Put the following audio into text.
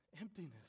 emptiness